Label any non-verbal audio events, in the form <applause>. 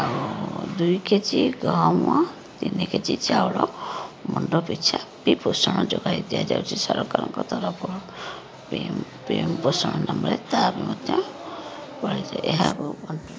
ଆଉ ଦୁଇ କେଜି ଗହମ ତିନି କେଜି ଚାଉଳ ମୁଣ୍ଡ ପିଛା ପ୍ରତିପୋଷଣ ଯୋଗାଇ ଦିଆଯାଉଛି ସରକାରଙ୍କ ତରଫରୁ ପି ଏମ୍ ପୋଷଣ ନ ମିଳେ ତା ମଧ୍ୟ <unintelligible> ଏହା ବଣ୍ଟନ